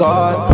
God